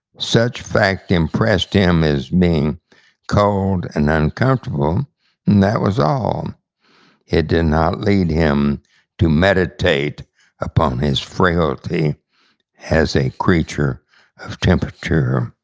such fact impressed him as being cold and uncomfortable, and that was um it did not lead him to meditate upon his frailty as a creature of temperature,